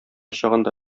чагында